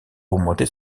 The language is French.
augmenter